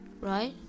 right